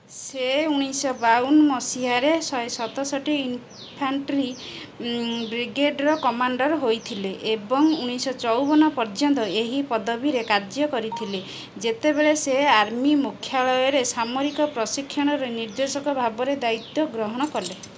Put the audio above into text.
ସେ ଉଣେଇଶିଶହ ବାଉନ ମସିହାରେ ଶହେ ସତଷଠି ଇନ୍ଫାଣ୍ଟ୍ରି ବ୍ରିଗେଡ଼ର କମାଣ୍ଡର ହୋଇଥିଲେ ଏବଂ ଉଣେଇଶିଶହ ଚଉବନ ପର୍ଯ୍ୟନ୍ତ ଏହି ପଦବୀରେ କାର୍ଯ୍ୟ କରିଥିଲେ ଯେତେବେଳେ ସେ ଆର୍ମି ମୁଖ୍ୟାଳୟରେ ସାମରିକ ପ୍ରଶିକ୍ଷଣର ନିର୍ଦ୍ଦେଶକ ଭାବରେ ଦାୟିତ୍ୱ ଗ୍ରହଣ କଲେ